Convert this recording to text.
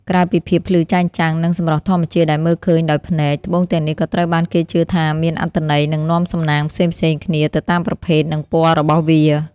ក្រៅពីភាពភ្លឺចែងចាំង និងសម្រស់ធម្មជាតិដែលមើលឃើញដោយភ្នែក ត្បូងទាំងនេះក៏ត្រូវបានគេជឿថាមាន អត្ថន័យ និងនាំសំណាងផ្សេងៗគ្នា ទៅតាមប្រភេទ និងពណ៌របស់វា។